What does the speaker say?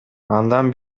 андан